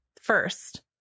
first